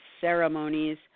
ceremonies